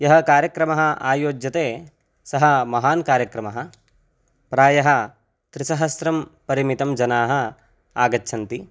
यः कार्यक्रमः आयोज्यते सः महान् कार्यक्रमः प्रायः त्रिसहस्रं परिमितं जनाः आगच्छन्ति